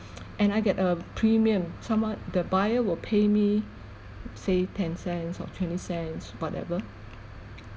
and I get a premium somewhat the buyer will pay me say ten cents or twenty cents whatever